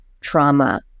trauma